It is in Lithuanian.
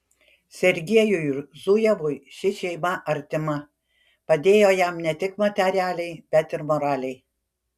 sergiejui zujevui ši šeima artima padėjo jam ne tik materialiai bet ir moraliai